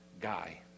guy